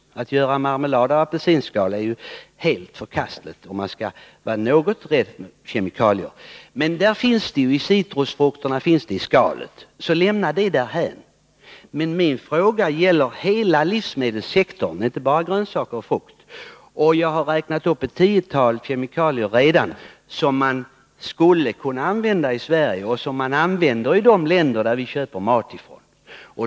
Att göra marmelad av apelsinskal är helt förkastligt om man är något rädd för kemikalier — som ju finns i citrusfrukternas skal. Vi kan alltså lämna det därhän i denna debatt. Men min fråga gäller hela livsmedelssektorn — inte bara grönsaker och frukt. Jag har redan räknat upp ett tiotal kemikalier som man skulle kunna använda i Sverige och som man använder i de länder som vi köper mat från.